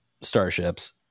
starships